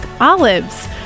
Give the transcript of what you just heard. olives